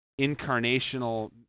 incarnational